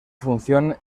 función